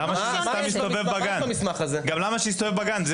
למה שהמסמך יסתובב בגן?